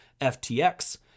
FTX